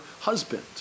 husband